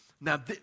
Now